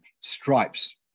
stripes